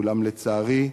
אולם, לצערי,